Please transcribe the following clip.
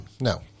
No